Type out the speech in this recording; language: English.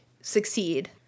succeed